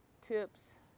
Tips